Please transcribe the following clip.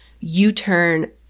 u-turn